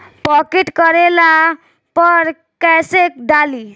Pocket करेला पर कैसे डाली?